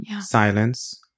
silence